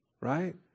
right